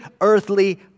earthly